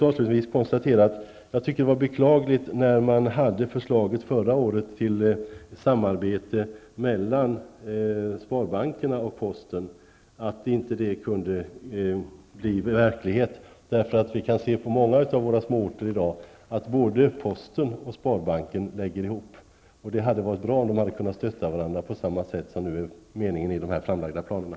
Avslutningsvis vill jag säga att jag tycker att det är beklagligt att det förslag som förra året förelåg till samarbete mellan sparbanken och posten inte kunde bli verklighet. På många av de små orterna lägger i dag både posten och sparbanken ned verksamheten. Det hade varit bra om de hade kunnat stötta varandra på det sätt som är meningen genom de nu framlagda planerna.